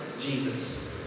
Jesus